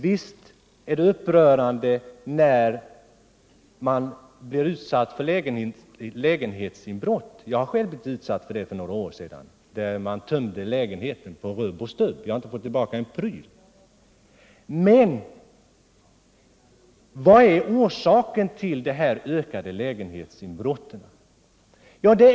Visst är det upprörande när man blir utsatt för lägenhetsinbrott. Jag har själv blivit utsatt för ett sådant för några år sedan, då man tömde lägenheten på rubb och stubb. Jag har inte fått tillbaka en pryl. Men vilken är orsaken till det ökade antalet lägenhetsinbrott?